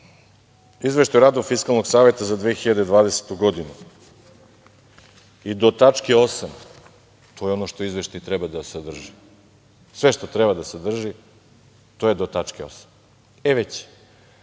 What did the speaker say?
Izveštaj o radu Fiskalnog saveta za 2020. godinu i do tačke 8, to je ono što izveštaj treba da sadrži. Sve što treba da sadrži, to je do tačke 8. E, već